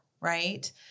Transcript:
Right